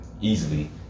easily